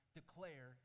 declare